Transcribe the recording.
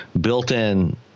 built-in